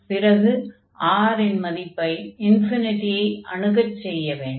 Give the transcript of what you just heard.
பிறகு R இன் மதிப்பை ஐ அணுகச் செய்ய வேண்டும்